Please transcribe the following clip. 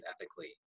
ethically